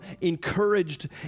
encouraged